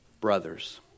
brothers